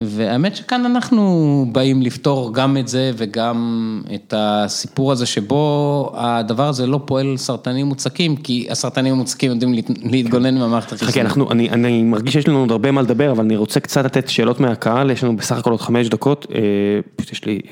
והאמת שכאן אנחנו באים לפתור גם את זה וגם את הסיפור הזה שבו הדבר הזה לא פועל סרטנים מוצקים כי הסרטנים המוצקים יודעים להתגונן עם המערכת הפסיכולוגית. אני מרגיש שיש לנו עוד הרבה מה לדבר, אבל אני רוצה קצת לתת שאלות מהקהל, יש לנו בסך הכל עוד חמש דקות.